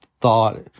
thought